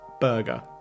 Burger